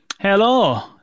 Hello